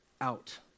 out